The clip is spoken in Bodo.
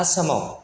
आसामाव